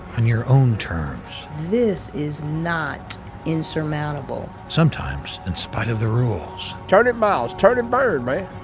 on your own terms. this is not insurmountable. sometimes in spite of the rules. turn em miles, turn and burn, man!